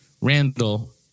Randall